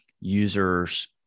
users